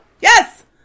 Yes